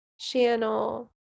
channel